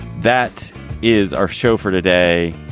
that is our show for today.